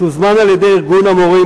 שהוזמן על-ידי ארגון המורים,